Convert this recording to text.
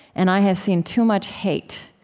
and i have seen too much hate.